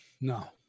No